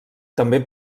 també